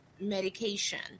medication